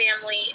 family